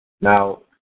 Now